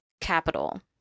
capital